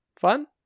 fun